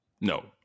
No